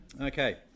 Okay